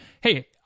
Hey